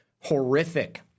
horrific